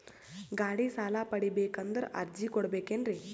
ಗಾಡಿ ಸಾಲ ಪಡಿಬೇಕಂದರ ಅರ್ಜಿ ಕೊಡಬೇಕೆನ್ರಿ?